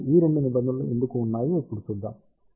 కాబట్టి ఈ 2 నిబంధనలు ఎందుకు ఉన్నాయో ఇప్పుడు చూద్దాం